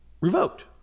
revoked